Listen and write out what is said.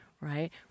right